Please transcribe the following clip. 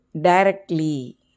directly